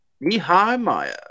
Nehemiah